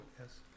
yes